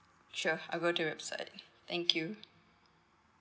sure I'll go to website thank you